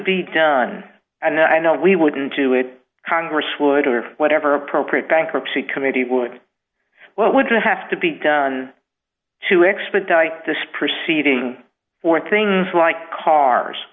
be done and i know we wouldn't do it congress would or whatever appropriate bankruptcy committee would what would have to be done to expedite this proceeding for things like cars